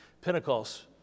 Pentecost